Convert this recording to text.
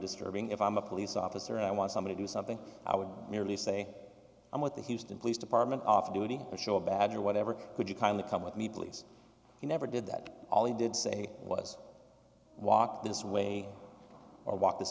disturbing if i'm a police officer i want somebody to do something i would merely say i'm with the houston police department off duty to show a badge or whatever could you kindly come with me please he never did that all he did say was walk this way or walk this